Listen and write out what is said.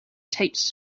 taped